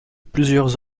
plusieurs